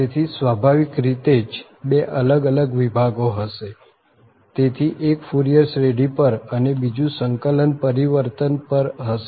તેથી સ્વાભાવિક રીતે જ બે અલગ અલગ વિભાગો હશે તેથી એક ફૂરીયર શ્રેઢી પર અને બીજું સંકલન પરિવર્તન પર હશે